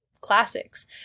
classics